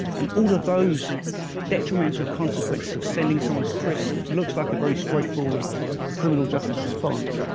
and all of those detrimental consequence of sending someone to prison, which looks like a very straightforward criminal justice response,